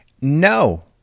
no